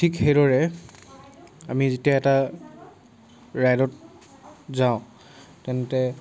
ঠিক সেইদৰে আমি যেতিয়া এটা ৰাইডত যাওঁ তেন্তে